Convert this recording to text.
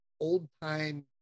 old-time